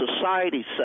society